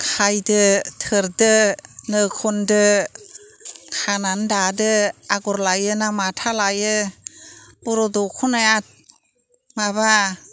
खायदो थोरदो नो खनदो खानानै दादो आगर लायो ना माथा लायो बर' दखनाया माबा